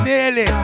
Nearly